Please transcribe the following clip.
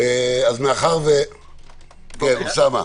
אוסאמה.